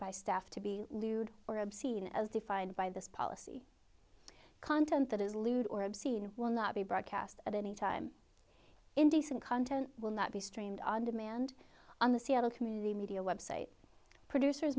by staff to be lewd or obscene as defined by this policy content that is lewd or obscene will not be broadcast at any time indecent content will not be streamed on demand on the seattle community media website producers